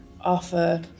offer